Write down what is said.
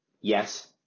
Yes